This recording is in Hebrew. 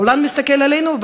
העולם מסתכל עלינו,